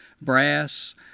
brass